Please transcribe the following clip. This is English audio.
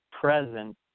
present